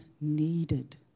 needed